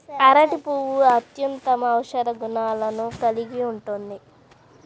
అరటి పువ్వు అత్యుత్తమ ఔషధ గుణాలను కలిగి ఉంటుంది